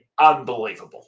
unbelievable